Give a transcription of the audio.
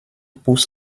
pousse